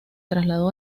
trasladó